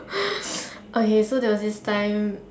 okay so there was this time